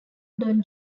don